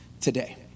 today